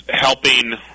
helping